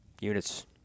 Units